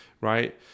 right